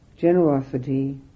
generosity